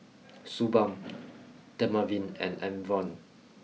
suu balm Dermaveen and Enervon